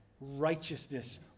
righteousness